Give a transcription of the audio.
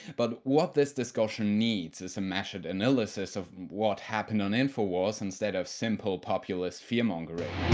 but what this discussion needs is a measured analysis of what happened on infowars, instead of simple populist fear-mongering.